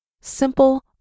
simple